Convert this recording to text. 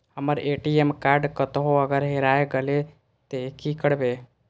हमर ATM card कतहो अगर हेराय गले ते की करबे?